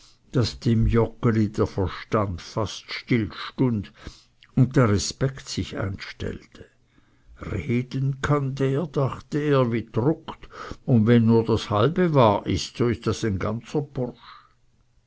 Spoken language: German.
dem joggeli der verstand fast stillstund und der respekt sich einstellte reden kann der dachte er wie druckt und wenn nur das halbe wahr ist so ist das ein ganzer bursch